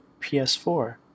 PS4